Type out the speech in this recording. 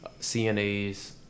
CNAs